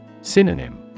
Synonym